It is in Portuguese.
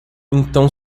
então